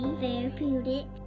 therapeutic